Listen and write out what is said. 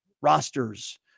rosters